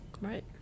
Right